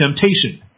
temptation